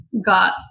got